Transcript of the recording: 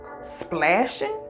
splashing